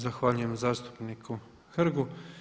Zahvaljujem zastupniku Hrgu.